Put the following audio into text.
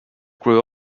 grew